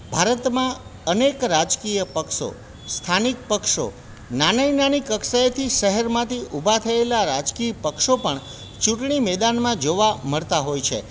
ભારતમાં અનેક રાજકીય પક્ષો સ્થાનિક પક્ષો નાની નાની કક્ષાએથી શહેરમાંથી ઊભા થએલા રાજકીય પક્ષો પણ ચૂંટણી મેદાનમાં જોવા મળતા હોય છે